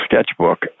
sketchbook